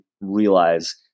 realize